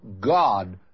God